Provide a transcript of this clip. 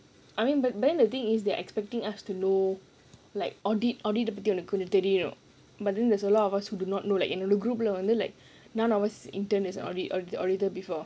um what I mean but then the thing is they're expecting us to know like audit audit பத்தி எனக்கு கொஞ்சம் தெரியும்:paththi enakku konjam theriyum but then there's a lot of us who do not know like in the group வந்து:vandhu like none of us has interned as audit au~ auditor before